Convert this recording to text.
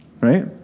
right